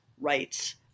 rights